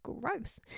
Gross